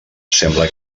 sembla